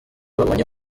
babonye